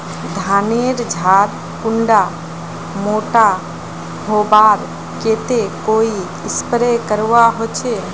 धानेर झार कुंडा मोटा होबार केते कोई स्प्रे करवा होचए?